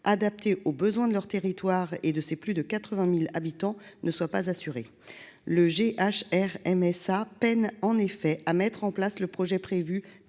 adaptée aux besoins de leur territoire et de ses plus de 80 000 habitants, ne soit pas assuré. Le GHRMSA peine à mettre en place le projet prévu